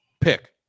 pick